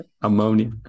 Ammonia